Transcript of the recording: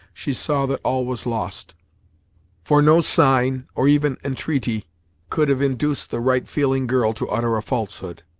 she saw that all was lost for no sign, or even intreaty could have induced the right feeling girl to utter a falsehood.